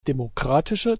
demokratische